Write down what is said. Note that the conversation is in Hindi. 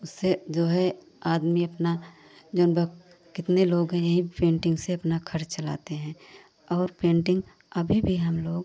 उससे जो है आदमी अपना जौन बा कितने लोग हैं पेंटिंग से अपना घर चलाते हैं और पेंटिंग अभी भी हम लोग